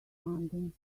london